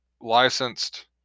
licensed